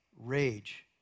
rage